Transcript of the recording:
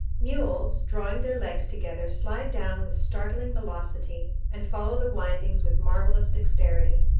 mules, drawing their legs together, slide down with startling velocity, and follow the windings with marvelous dexterity.